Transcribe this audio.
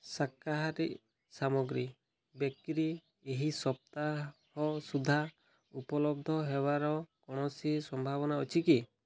ଶାକାହାରୀ ସାମଗ୍ରୀ ବେକେରୀ ଏହି ସପ୍ତାହ ସୁଦ୍ଧା ଉପଲବ୍ଧ ହେବାର କୌଣସି ସମ୍ଭାବନା ଅଛି କି